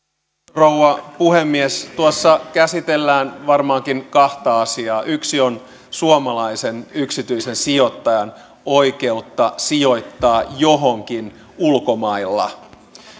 rouva puhemies tuossa käsitellään varmaankin kahta asiaa yksi on suomalaisen yksityisen sijoittajan oikeus sijoittaa johonkin ulkomailla